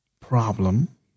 problem